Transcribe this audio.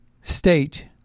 state